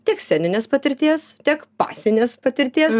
tiek sceninės patirties tiek pasinės patirties